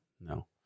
No